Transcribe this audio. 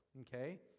okay